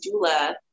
doula